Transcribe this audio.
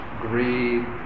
greed